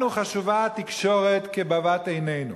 לנו חשובה התקשורת כבבת עינינו,